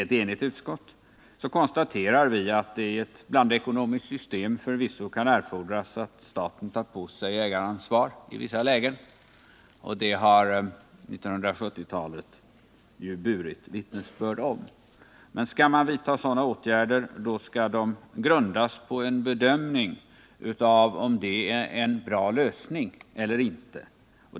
Ett enigt utskott konstaterar att det i ett blandekonomiskt system förvisso kan erfordras att staten tar på sig ägaransvar i vissa lägen. Det har 1970-talet burit vittnesbörd om. Men sådana åtgärder skall grundas på en bedömning om det är en bra lösning eller inte.